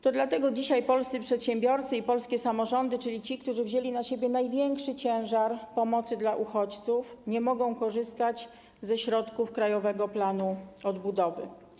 To dlatego dzisiaj polscy przedsiębiorcy i polskie samorządy, czyli ci, którzy wzięli na siebie największy ciężar pomocy dla uchodźców, nie mogą korzystać ze środków Krajowego Planu Odbudowy.